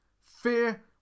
Fear